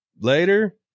later